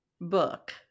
book